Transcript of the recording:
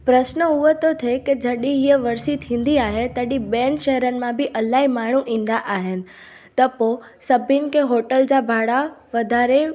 प्रश्न उहो थो थिए की जॾहिं इहा वरिसी थींदी आहे तॾहिं ॿियनि शहरनि मां बि इलाही माण्हू ईंदा आहिनि त पोइ सभिनी खे होटल जा भाड़ा वधारे